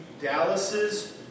Dallas's